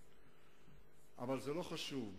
אבל זה לא חשוב,